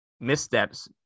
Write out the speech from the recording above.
missteps